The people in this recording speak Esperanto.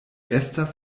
estas